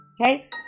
Okay